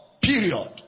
Period